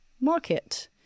market